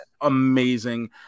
amazing